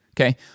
okay